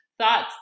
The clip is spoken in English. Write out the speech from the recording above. thoughts